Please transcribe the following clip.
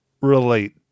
relate